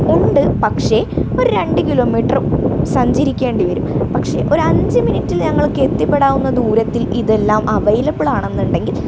ഉണ്ട് പക്ഷെ ഒര് രണ്ട് കിലോമീറ്റർ സഞ്ചരിക്കേണ്ടി വരും പക്ഷെ ഒരഞ്ചുമിനിറ്റ്ല് ഞങ്ങൾക്കെത്തിപ്പെടാവുന്ന ദൂരത്തിൽ ഇതെല്ലാം അവെവൈലബിളാണെന്നുണ്ടെങ്കിൽ